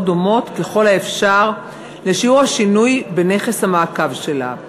דומות ככל האפשר לשיעור השינוי בנכס המעקב שלה.